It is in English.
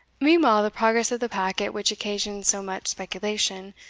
meanwhile the progress of the packet which occasioned so much speculation,